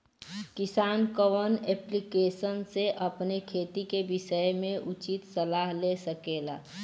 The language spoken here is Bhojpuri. किसान कवन ऐप्लिकेशन से अपने खेती के विषय मे उचित सलाह ले सकेला?